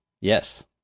Yes